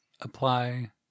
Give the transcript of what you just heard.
apply